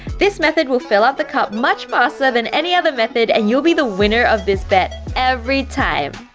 this method will fill up the cup much faster than any other method, and, you'll be the winner of this bet, every time!